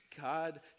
God